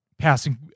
passing